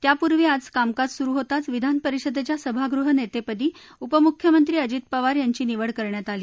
त्यापूर्वी आज कामकाज सुरू होताच विधानपरिषदेच्या सभागृहनेतेपदी उपमुख्यमंत्री अजित पवार यांची निवड करण्यात आली